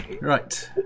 Right